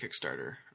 Kickstarter